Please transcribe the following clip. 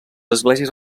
esglésies